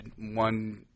one